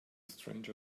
stranger